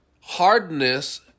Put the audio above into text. hardness